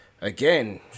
again